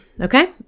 okay